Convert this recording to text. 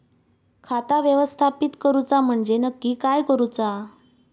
खाता व्यवस्थापित करूचा म्हणजे नक्की काय करूचा?